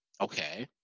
Okay